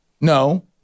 No